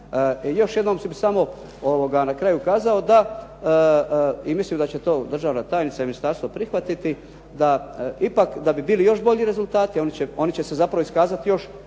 Još jedno bih samo na kraju kazao da i mislim da će to državna tajnica i ministarstvo prihvatiti, da bi bili još bolji rezultati, oni će se zapravo iskazati još do